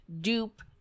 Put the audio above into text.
dupe